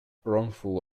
wrongful